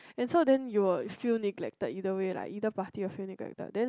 and so you will feel neglected you or either party will feel neglected then